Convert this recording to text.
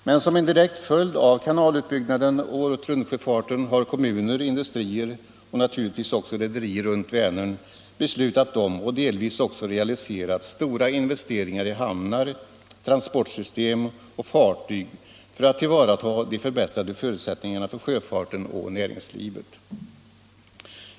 Men som en direkt följd av kanalutbyggnaden och åretruntsjöfarten har kommuner, industrier och naturligtvis också rederier runt Vänern beslutat om — och delvis också realiserat — stora investeringar i hamnar, transportsystem och fartyg för att tillvarata de förbättrade förutsättningarna för sjöfarten och näringslivet.